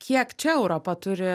kiek čia europa turi